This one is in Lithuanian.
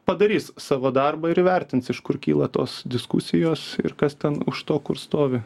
padarys savo darbą ir įvertins iš kur kyla tos diskusijos ir kas ten už to kur stovi